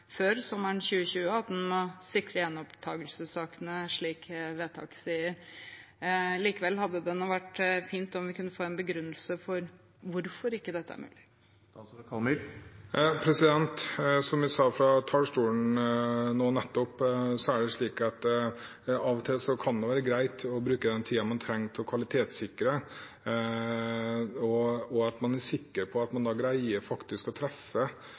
før sommeren 2020, og at en må sikre gjenopptakelsessakene, slik vedtaket sier. Likevel hadde det nå vært fint om vi kunne få en begrunnelse for hvorfor dette ikke er mulig. Som jeg sa fra talerstolen nå nettopp, kan det av og til være greit å bruke den tiden man trenger, til å kvalitetssikre, og at man er sikker på at man faktisk greier å treffe